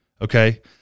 okay